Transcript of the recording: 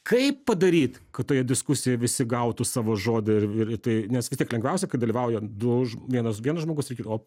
kaip padaryt kad toje diskusijoje visi gautų savo žodį ir ir tai nes vis tiek lengviausia kai dalyvauja du ž vienas vienas žmogus ir ki o